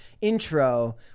intro